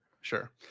Sure